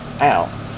out